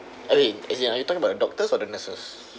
okay as in are you talking about doctors or the nurses